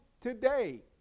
today